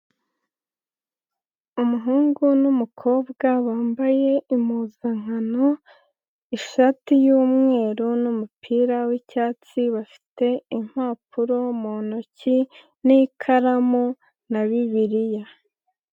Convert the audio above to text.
Umuhungu n'umukobwa bambaye impuzankano, ishati y'umweru, n'umupira w'icyatsi, bafite impapuro mu ntoki n'ikaramu na bibiriya.